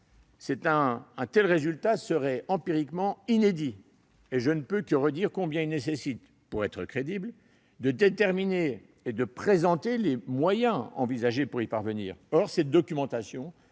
Un tel résultat serait empiriquement inédit, et je ne peux que redire combien il nécessite, pour être crédible, de déterminer et de présenter les moyens envisagés pour y parvenir. Or une telle documentation